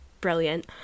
Brilliant